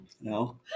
No